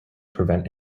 prevent